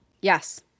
Yes